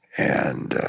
and